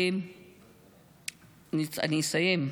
אסיים,